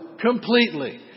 completely